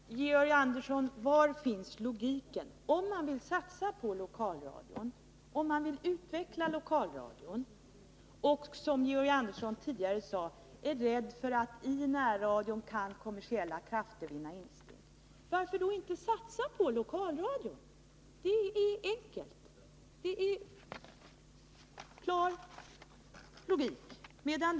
Herr talman! Georg Andersson: Var finns logiken? Om man vill satsa på och utveckla lokalradion och, som Georg Andersson tidigare sade, är rädd för att kommersiella krafter kan vinna insteg i närradion — varför då inte satsa på lokalradion? Det är enkelt, och det är klar logik.